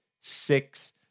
six